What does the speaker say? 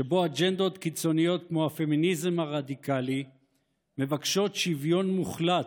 שבו אג'נדות קיצוניות כמו הפמיניזם הרדיקלי מבקשות שוויון מוחלט,